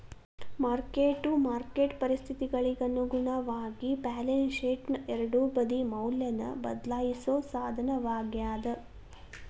mark to market ಪರಿಸ್ಥಿತಿಗಳಿಗಿ ಅನುಗುಣವಾಗಿ balance ಶೇಟ್ನ ಎರಡೂ ಬದಿ ಮೌಲ್ಯನ ಬದ್ಲಾಯಿಸೋ ಸಾಧನವಾಗ್ಯಾದ